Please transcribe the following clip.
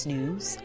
News